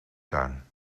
tuin